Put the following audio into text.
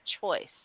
choice